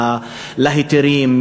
להיתרים,